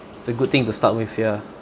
it's a good thing to start with ya